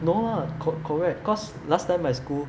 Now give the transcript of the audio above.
no lah correct because last time my school